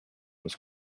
was